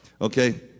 Okay